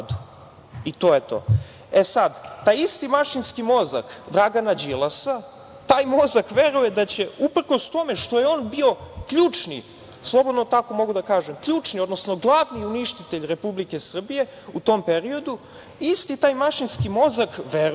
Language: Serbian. i to je to. Sad, taj isti mašinski mozak Dragana Đilasa, taj mozak veruje da će uprkos tome što je ono bio ključni, slobodno tako mogu da kažem, ključni, odnosno glavni uništitelj Republike Srbije u tom periodu, isti taj mašinski mozak veruje